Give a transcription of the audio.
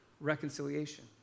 reconciliation